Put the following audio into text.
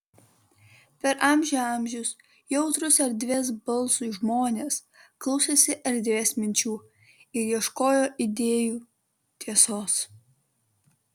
per amžių amžius jautrūs erdvės balsui žmonės klausėsi erdvės minčių ir ieškojo idėjų tiesos